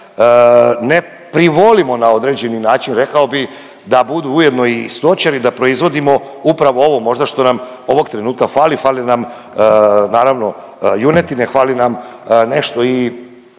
ne privolimo na određeni način rekao bi da budu ujedno i stočari, da proizvodimo upravo ovo možda što nam ovog trenutka fali, fali nam naravno junetine, fali nam nešto i